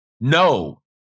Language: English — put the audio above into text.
no